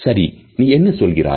சரி நீ என்ன சொல்கிறாய்